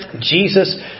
Jesus